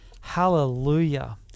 hallelujah